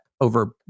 over